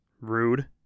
Rude